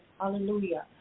Hallelujah